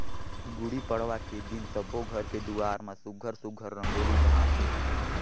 गुड़ी पड़वा के दिन सब्बो घर के दुवार म सुग्घर सुघ्घर रंगोली बनाथे